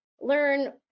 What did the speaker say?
learn